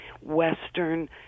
western